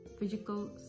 Physical